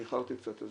אני איחרתי קצת,